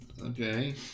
Okay